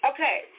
Okay